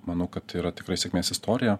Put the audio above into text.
manau kad tai yra tikrai sėkmės istorija